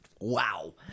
Wow